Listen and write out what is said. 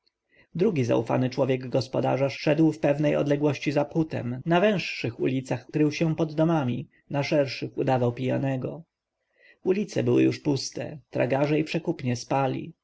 drugi zaufany człowiek gospodarza szedł w pewnej odległości za phutem na węższych ulicach krył się pod domami na szerszych udawał pijanego ulice były już puste tragarze i przekupnie spali